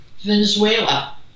Venezuela